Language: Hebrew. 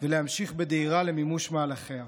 ולהמשיך בדהירה למימוש מהלכיה.